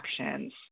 actions